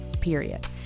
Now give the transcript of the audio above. period